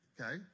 Okay